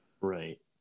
Right